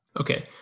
Okay